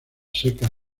secas